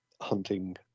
hunting